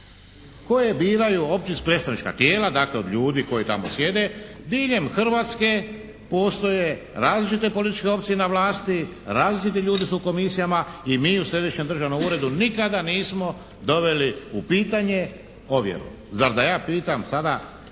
koje biraju općinska, predstavnička tijela, dakle od ljudi koji tamo sjede. Diljem Hrvatske postoje različite političke opcije na vlasti, različiti ljudi su u komisijama i mi u Središnjem državnom uredu nikada nismo doveli u pitanje ovjeru. Zar da ja pitam sada